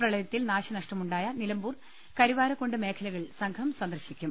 പ്രളയത്തിൽ നാശനഷ്ടമുണ്ടായ നിലമ്പൂർ കരുവാരക്കുണ്ട് മേഖലകൾ സംഘം സന്ദർശിക്കും